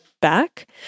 back